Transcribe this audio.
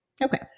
Okay